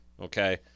Okay